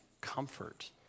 comfort